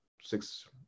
six